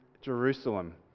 Jerusalem